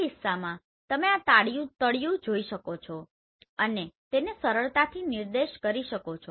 આ કિસ્સામાં તમે આ તળિયું જોઈ શકો છો અને તેને સરળતાથી નિર્દેશ કરી શકો છો